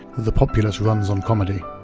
the populace runs on comedy.